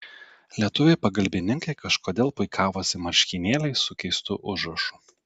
lietuviai pagalbininkai kažkodėl puikavosi marškinėliais su keistu užrašu